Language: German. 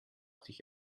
sich